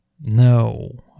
No